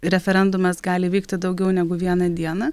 referendumas gali vykti daugiau negu vieną dieną